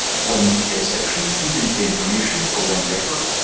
one detail section contains the information for one record,